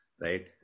right